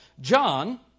John